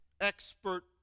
expert